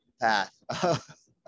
path